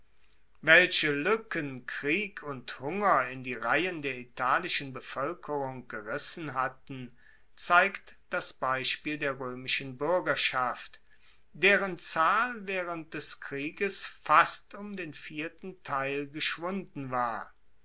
welche luecken krieg und hunger in die reihen der italischen bevoelkerung gerissen hatten zeigt das beispiel der roemischen buergerschaft deren zahl waehrend des krieges fast um den vierten teil geschwunden war